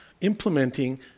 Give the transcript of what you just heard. implementing